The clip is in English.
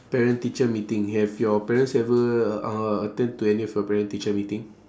parent teacher meeting have your parents ever uh attend to any of your parent teacher meeting